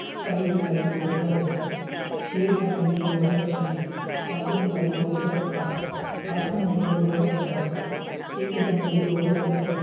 ਸਤਾਈ ਜੁਲਾਈ ਦੋ ਹਜ਼ਾਰ ਇੱਕ ਛੇ ਜਨਵਰੀ ਦੋ ਹਜ਼ਾਰ ਛੇ ਸੱਤ ਜੁਲਾਈ ਦੋ ਹਜ਼ਾਰ ਅੱਠ ਅੱਠ ਨਵੰਬਰ ਦੋ ਹਜ਼ਾਰ ਦਸ ਇੱਕ ਜਨਵਰੀ ਦੋ ਹਜ਼ਾਰ ਚੌਵੀ